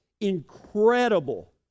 incredible